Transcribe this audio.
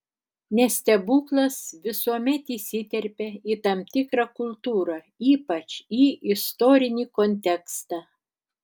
nes stebuklas visuomet įsiterpia į tam tikrą kultūrą ypač į istorinį kontekstą